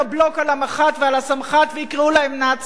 על המח"ט ועל הסמח"ט ויקראו להם "נאצים".